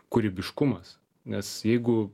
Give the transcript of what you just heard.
kūrybiškumas nes jeigu